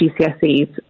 GCSEs